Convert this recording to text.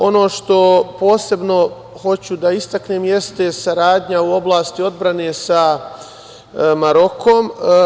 Ono što posebno hoću da istaknem jeste saradnja u oblasti odbrane sa Marokom.